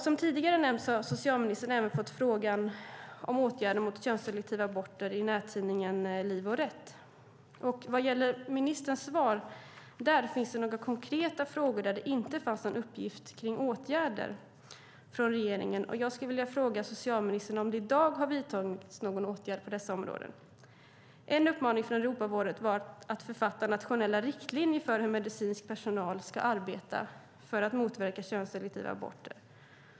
Som tidigare nämnts har socialministern även fått frågan om åtgärder mot könsselektiva aborter i nättidningen Liv och Rätt. Vad gäller ministerns svar där finns det några konkreta frågor där det inte fanns någon uppgift om åtgärder från regeringen. Jag skulle vilja fråga socialministern om det i dag har vidtagits någon åtgärd på dessa områden. En uppmaning från Europarådet var att författa nationella riktlinjer för hur medicinsk personal ska arbeta för att motverka könsselektiva aborter.